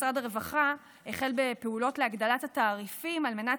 משרד הרווחה החל בפעילות להגדלת התעריפים על מנת